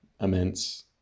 immense